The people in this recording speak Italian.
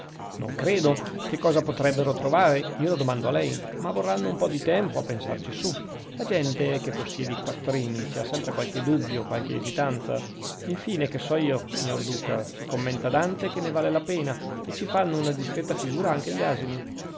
non credo che cosa potrebbero trovare io lo domando a lei ma vorranno un po di tempo a pensarci su la gente che possiede i quattrini ci ha sempre qualche dubbio qualche esitanza infine che so io signor duca si commenta dante che ne vale la pena e ci fanno una discreta figura anche gli asini